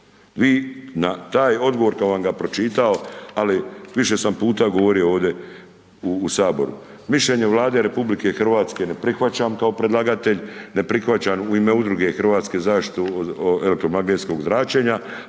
Vi na taj odgovor kad bi vam ga pročitao, ali više sam puta govorio ovdje u Saboru, mišljenje Vlade RH ne prihvaćam kao predlagatelj, ne prihvaćam u ime udruge Hrvatske zaštite od elektromagnetskog zračenja,